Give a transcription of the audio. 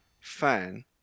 fan